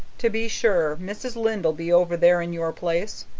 to be sure, mrs. lynde'll be over there in your place.